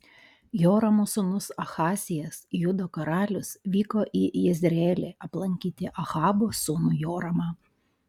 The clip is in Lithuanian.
joramo sūnus ahazijas judo karalius vyko į jezreelį aplankyti ahabo sūnų joramą